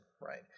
right